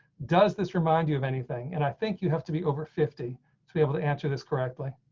does this remind you of anything. and i think you have to be over fifty to be able to answer this correctly.